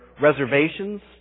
Reservations